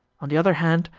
on the other hand,